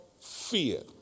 fear